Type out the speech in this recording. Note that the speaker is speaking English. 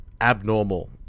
abnormal